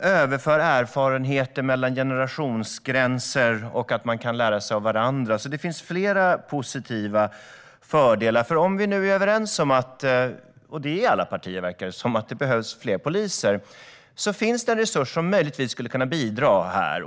överför erfarenheter mellan generationer och kan lära av varandra. Det finns alltså flera fördelar med detta. Om vi är överens om - och det är alla partier, verkar det som - att det behövs fler poliser finns det en resurs här som möjligtvis skulle kunna bidra.